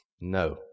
No